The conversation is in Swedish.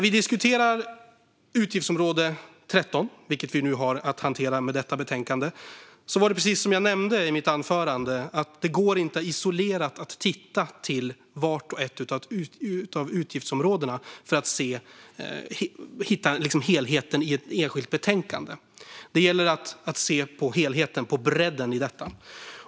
Vi diskuterar nu utgiftsområde 13, vilket vi har att hantera med detta betänkande. Precis som jag nämnde i mitt anförande går det inte att se till vart och ett av utgiftsområdena isolerat i ett enskilt betänkande för att hitta helheten. Det gäller att se på helheten, bredden, i detta.